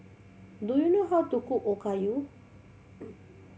do you know how to cook Okayu